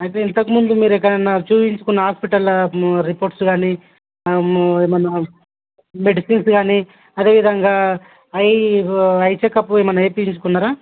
అయితే ఇంతకు ముందు మీరు ఎక్కడన్న చూపించుకున్న హాస్పిటల్లో రిపోర్ట్స్ కానీ ఏమన్న మెడిసిన్స్ కానీ అదేవిధంగా ఐ ఐ చెకప్ ఏమన్న చేపించుకున్నారా